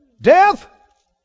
Death